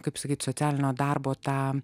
kaip sakyti socialinio darbo tą